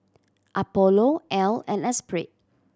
Apollo Elle and Espirit